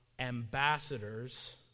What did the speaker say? Ambassadors